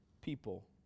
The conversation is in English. people